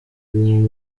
birimo